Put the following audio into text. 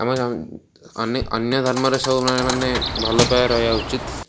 ଆମେ ଅନ୍ୟ ଧର୍ମରେ ସବୁ ମାନେ ଭଲପାଇବା ରହିବା ଉଚିତ୍